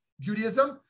Judaism